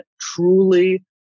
truly